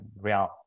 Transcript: real